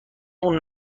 اون